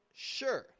Sure